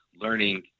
learning